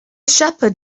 shepherd